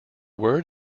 word